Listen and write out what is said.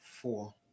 four